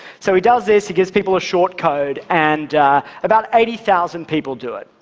so he does this, he gives people a short code, and about eighty thousand people do it.